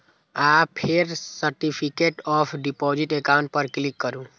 आ फेर certificate of deposit account पर क्लिक करू